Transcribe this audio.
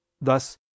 Thus